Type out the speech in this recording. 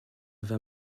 vin